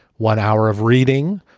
one hour of reading,